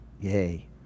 Yay